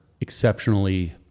exceptionally